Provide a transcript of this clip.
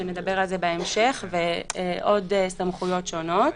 ונדבר על זה בהמשך, ועוד סמכויות שונות.